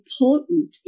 important